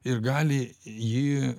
ir gali jį